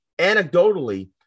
anecdotally